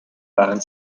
waren